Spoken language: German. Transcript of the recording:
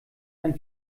ein